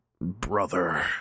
brother